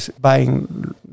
buying